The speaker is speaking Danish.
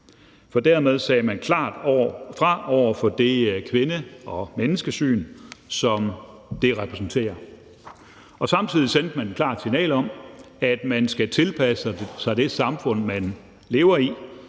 For dermed sagde man klart fra over for det kvinde- og menneskesyn, som det repræsenterer. Samtidig sendte man et klart signal om, at man skal tilpasse sig det samfund, man lever i,